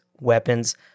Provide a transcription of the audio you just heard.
weapons